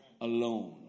Alone